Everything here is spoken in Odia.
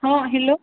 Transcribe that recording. ହଁ ହେଲୋ